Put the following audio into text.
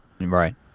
Right